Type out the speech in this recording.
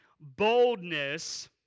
boldness